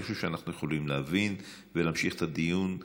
אני חושב שאנחנו יכולים להבין ולהמשיך את הדיון.